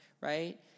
right